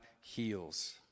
heals